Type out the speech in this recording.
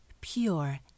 pure